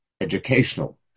educational